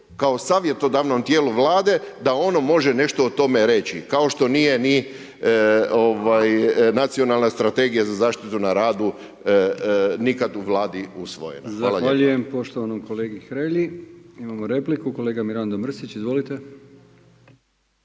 kao savjetodavnom tijelu Vlade da ono može nešto o tome reći. Kao što nije ni Nacionalna strategija za zaštitu na radu nikad u Vladi usvojena. Hvala lijepa. **Brkić, Milijan (HDZ)** Zahvaljujem poštovanom kolegi Hrelji. Imamo repliku, kolega Mirando Mrsić, izvolite.